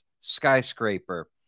skyscraper